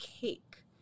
cake